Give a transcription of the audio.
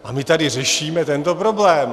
A my tady řešíme tento problém.